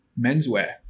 menswear